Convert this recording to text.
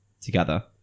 together